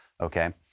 okay